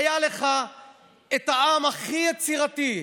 היה לך את העם הכי יצירתי,